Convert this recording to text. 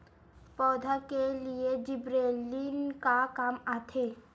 पौधा के लिए जिबरेलीन का काम आथे?